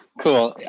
cool.